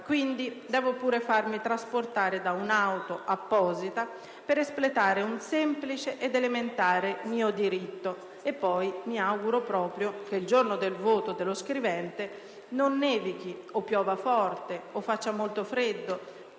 quindi, devo pure farmi trasportare da una auto apposita per espletare un semplice ed elementare mio diritto; e poi, mi auguro proprio che, il giorno del voto dello scrivente, non nevichi o piova forte o faccia molto freddo,